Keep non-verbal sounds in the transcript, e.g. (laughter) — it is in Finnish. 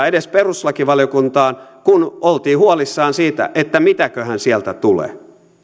(unintelligible) edes perustuslakivaliokuntaan kun oltiin huolissaan siitä että mitäköhän sieltä